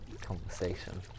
conversation